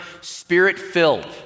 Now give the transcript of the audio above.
spirit-filled